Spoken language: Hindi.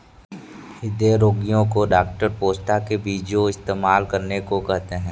हृदय रोगीयो को डॉक्टर पोस्ता के बीजो इस्तेमाल करने को कहते है